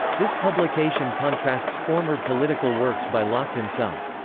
this publication contrasts former political works by locke himself.